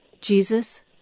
Jesus